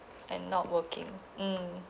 and not working mm